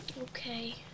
Okay